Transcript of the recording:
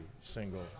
single